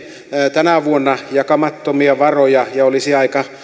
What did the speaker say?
tänä vuonna jakamattomia varoja ja olisi aika